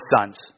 sons